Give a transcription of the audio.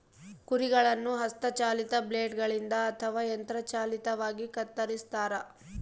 ಕುರಿಗಳನ್ನು ಹಸ್ತ ಚಾಲಿತ ಬ್ಲೇಡ್ ಗಳಿಂದ ಅಥವಾ ಯಂತ್ರ ಚಾಲಿತವಾಗಿ ಕತ್ತರಿಸ್ತಾರ